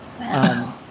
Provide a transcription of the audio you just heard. Wow